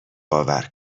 باور